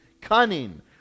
cunning